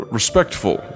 respectful